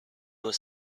was